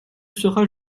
sera